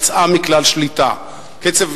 הציבור